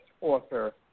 author